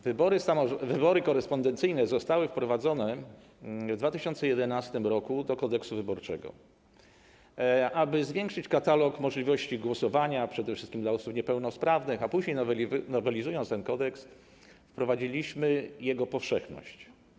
Wybory korespondencyjne zostały wprowadzone w 2011 r. do Kodeksu wyborczego, aby zwiększyć katalog możliwości głosowania, przede wszystkim dla osób niepełnosprawnych, a później, nowelizując ten kodeks, wprowadziliśmy ich powszechność.